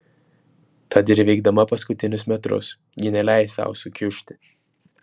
tad ir įveikdama paskutinius metrus ji neleis sau sukiužti